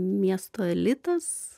miesto elitas